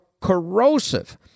corrosive